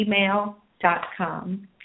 gmail.com